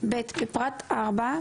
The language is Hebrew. בפרט (4),